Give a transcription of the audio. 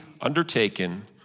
undertaken